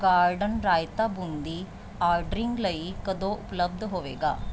garden raita boondi ordering ਲਈ ਕਦੋਂ ਉਪਲੱਬਧ ਹੋਵੇਗਾ